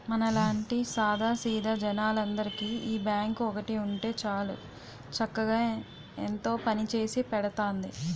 మనలాంటి సాదా సీదా జనాలందరికీ ఈ బాంకు ఒక్కటి ఉంటే చాలు చక్కగా ఎంతో పనిచేసి పెడతాంది